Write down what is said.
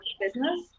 business